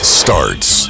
starts